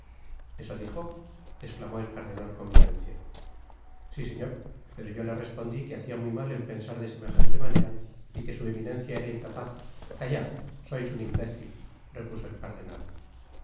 eso dijo esclamó el cardenal con violencia si señor pero yo le respondi que hacia muy mal en pensar de semejante manera y que su eminencia era incapaz callad sois un imbécil repuso el cardenal hé